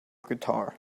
guitar